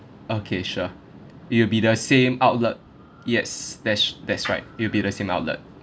okay sure it'll be the same outlet yes that's that's right it'll be the same outlet